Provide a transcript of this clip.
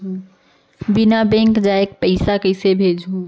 बिना बैंक जाये पइसा कइसे भेजहूँ?